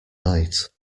night